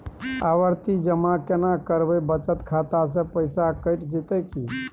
आवर्ति जमा केना करबे बचत खाता से पैसा कैट जेतै की?